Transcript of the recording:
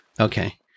Okay